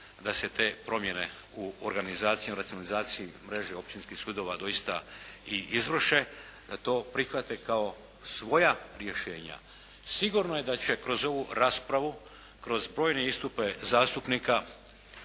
da se te promjene u organizaciji, racionalizaciji mreže općinskih sudova doista i izvrše, da to prihvate kao svoja rješenja. Sigurno je da će kroz ovu raspravu kroz brojne istupe zastupnika